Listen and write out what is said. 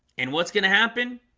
and what's gonna happen?